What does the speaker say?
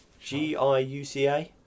G-I-U-C-A